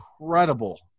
incredible